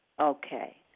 Okay